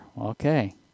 Okay